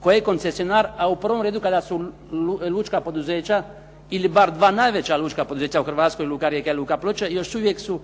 tko je koncesionar, a u prvom redu kada su lučka poduzeća ili bar dva najveća lučka poduzeća u Hrvatskoj, Luka Rijeka i Luka Ploče još uvijek su